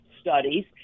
studies